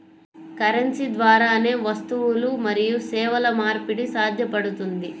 currency ద్వారానే వస్తువులు మరియు సేవల మార్పిడి సాధ్యపడుతుంది